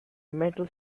metal